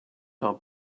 are